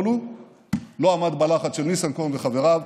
אבל הוא לא עמד בלחץ של ניסנקורן וחבריו.